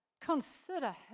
Consider